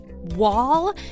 wall